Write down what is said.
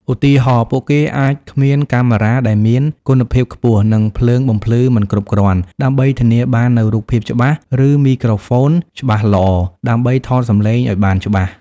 ឧទាហរណ៍ ពួកគេអាចគ្មានកាមេរ៉ាដែលមានគុណភាពខ្ពស់ និងភ្លើងបំភ្លឺមិនគ្រប់គ្រាន់ ដើម្បីធានាបាននូវរូបភាពច្បាស់ ឬ មីក្រូហ្វូនច្បាស់ល្អ ដើម្បីថតសំឡេងឲ្យបានច្បាស់។